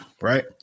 right